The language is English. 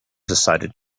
decided